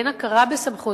באין הכרה בסמכות,